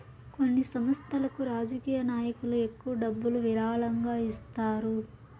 కొన్ని సంస్థలకు రాజకీయ నాయకులు ఎక్కువ డబ్బులు విరాళంగా ఇస్తారు